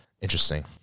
Interesting